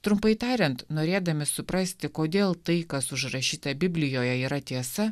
trumpai tariant norėdami suprasti kodėl tai kas užrašyta biblijoje yra tiesa